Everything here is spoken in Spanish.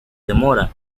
demora